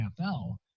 NFL